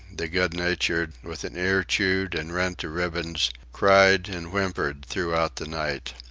the good-natured, with an ear chewed and rent to ribbons cried and whimpered throughout the night.